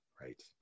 Right